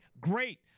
great